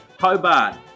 Hobart